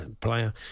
player